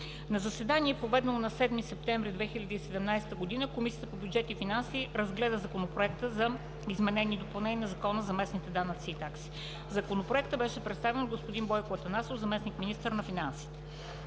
На заседание, проведено на 7 септември 2017 г., Комисията по бюджет и финанси разгледа Законопроекта за изменение и допълнение на Закона за местните данъци и такси. Законопроектът беше представен от господин Бойко Атанасов – заместник министър на финансите.